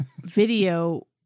video